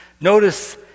Notice